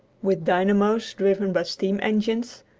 with dynamos driven by steam-engines,